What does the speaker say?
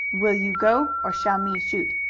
will you go or shall me shoot?